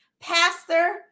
pastor